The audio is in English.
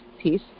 peace